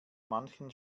manchen